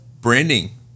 Branding